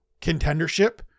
contendership